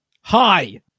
Hi